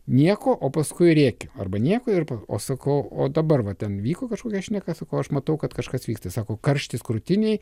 nieko o paskui rėkia arba nieko ir o sakau o dabar va ten vyko kažkokia šneka sakau aš matau kad kažkas vyksta sako karštis krūtinėj